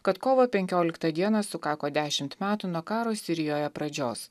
kad kovo penkioliktą dieną sukako dešimt metų nuo karo sirijoje pradžios